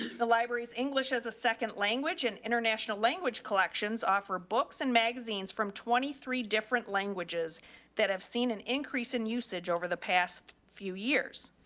the library's english as a second language and international language collections. offer books and magazines from twenty three different languages that have seen an increase in usage over the past few years.